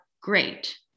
great